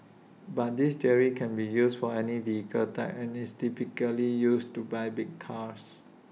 but this category can be used for any vehicle type and is typically used to buy big cars